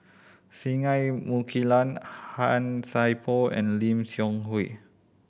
Singai Mukilan Han Sai Por and Lim Seok Hui